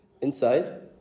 inside